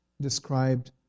described